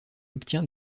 obtient